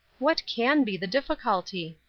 what can be the difficulty?